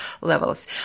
levels